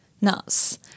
nuts